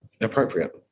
appropriate